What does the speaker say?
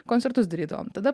koncertus darydavom tada